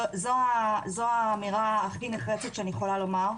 זו האמירה הכי נחרצת שאני יכולה לומר.